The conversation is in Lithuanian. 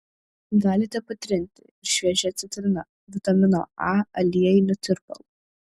galite patrinti ir šviežia citrina vitamino a aliejiniu tirpalu